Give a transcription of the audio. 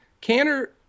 Canner